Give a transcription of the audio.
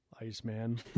Iceman